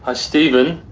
ah stephen,